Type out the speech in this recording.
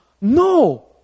no